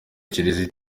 kiliziya